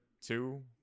two